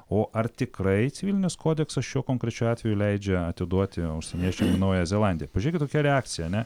o ar tikrai civilinis kodeksas šiuo konkrečiu atveju leidžia atiduoti užsieniečiam naująją zelandiją pažiūrėkit kokia reakcija ane